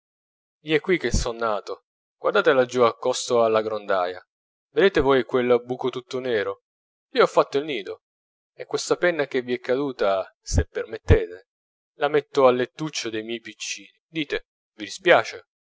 colombo gli è qui che son nato guardate laggiù accosto alla grondaia vedete voi quel buco tutto nero lì ho fatto il nido e questa penna che vi è caduta se permettete la metto al lettuccio dei miei piccini dite vi dispiace